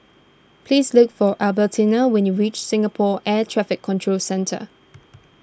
please look for Albertina when you reach Singapore Air Traffic Control Centre